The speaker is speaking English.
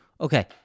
Okay